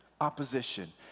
opposition